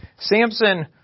Samson